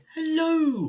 Hello